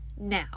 now